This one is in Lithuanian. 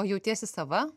o jautiesi sava